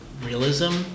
realism